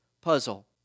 puzzle